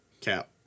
cap